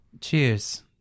cheers